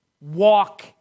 walk